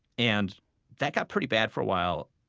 and that got pretty bad for a while.